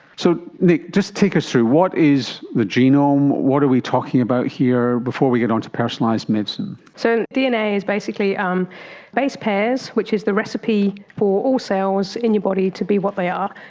so nic, just take us through what is the genome, what are we talking about here, before we get on to personalised medicine. so dna is basically um base pairs, which is the recipe for all cells in your body to be what they are,